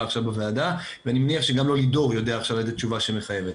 עכשיו בוועדה ואני מניח שגם לא לידור יודע לתת עכשיו תשובה שמחייבת.